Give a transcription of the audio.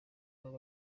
n’uwo